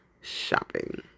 shopping